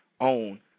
own